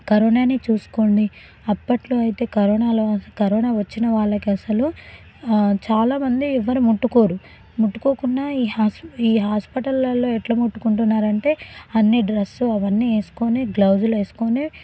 కరోనానే చూసుకోండి అప్పట్లో అయితే కరోనాలో కరోనా వచ్చిన వాళ్ళకి అసలు చాలామంది ఎవ్వరు ముట్టుకోరు ముట్టుకోకుండా ఈ హాస్పిటల్లల్లో ఎట్ల ముట్టుకుంటున్నారంటే అన్ని డ్రెస్సు అవన్నీ వేసుకొని గ్లౌజులు వేసుకొని